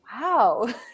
wow